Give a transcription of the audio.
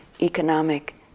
economic